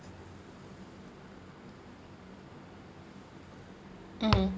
mm